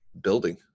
building